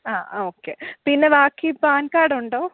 ആ ഓക്കെ പിന്നെ ബാക്കി പാൻ കാർഡ് ഉണ്ടോ